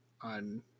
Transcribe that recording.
on